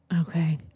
Okay